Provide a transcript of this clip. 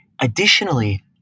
Additionally